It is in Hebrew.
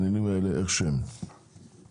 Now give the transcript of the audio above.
אנחנו